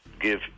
give